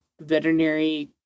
veterinary